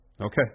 Okay